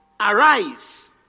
Arise